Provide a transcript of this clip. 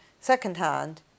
Second-hand